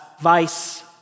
vice